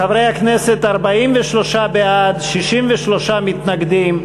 חברי הכנסת, 43 בעד, 63 מתנגדים.